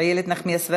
איילת נחמיאס ורבין,